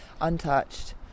untouched